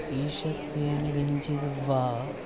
ईषत् किञ्चिद् वा